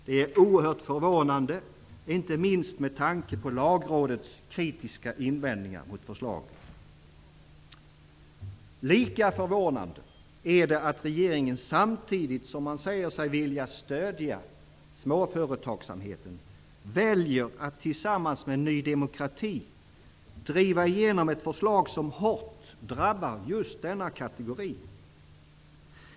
Det är oerhört förvånande; inte minst med tanke på Lagrådets kritiska invändningar mot förslaget. Lika förvånande är det att regeringen, samtidigt som man säger sig vilja stödja småföretagsamheten, väljer att tillsammans med Ny demokrati driva igenom ett förslag som hårt drabbar just denna kategori.